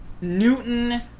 Newton